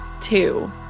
two